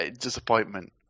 disappointment